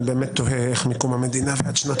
אני באמת תוהה איך מקום המדינה ועד שנת